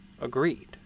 agreed